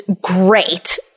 great